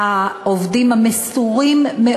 זה הקדמת תשלומים.